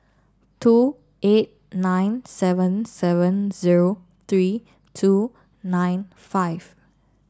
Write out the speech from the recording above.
two eight nine seven seven zero three two nine five